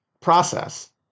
process